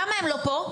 למה הם לא פה?